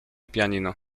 pianino